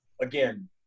again